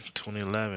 2011